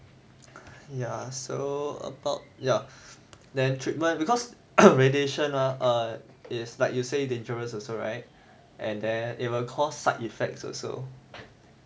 ya so about ya then treatment because radiation mah is like you say err dangerous also right and then it will cause side effects also